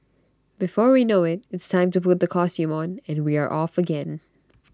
before we know IT it's time to put the costume on and we are off again